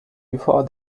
before